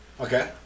Okay